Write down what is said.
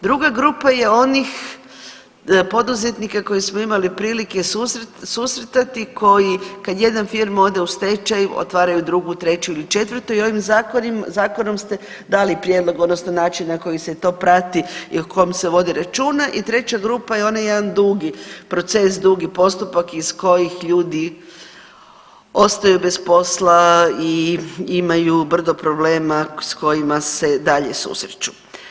Druga grupa je onih poduzetnika koje smo imali prilike susretati, koji, kad jedna firma ode u stečaj, otvaraju drugu, treću ili četvrtu i ovim Zakonom ste dali prijedlog odnosno način na koji se to prati i o kom se vodi računa i treća grupa je onaj jedan dugi proces, dugi postupak iz kojih ljudi ostaju bez posla i imaju brdo problema s kojima se dalje susreću.